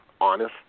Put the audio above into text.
honest